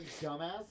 dumbass